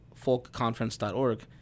folkconference.org